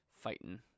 fighting